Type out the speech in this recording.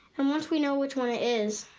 and once we know which one it is